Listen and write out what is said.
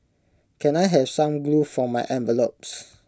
can I have some glue for my envelopes